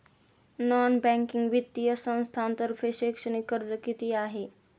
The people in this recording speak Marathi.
नॉन बँकिंग वित्तीय संस्थांतर्फे शैक्षणिक कर्ज किती आहे?